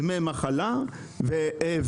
דמי מחלה ואבל.